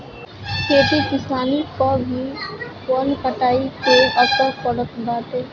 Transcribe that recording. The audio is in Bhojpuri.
खेती किसानी पअ भी वन कटाई के असर पड़त बाटे